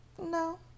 No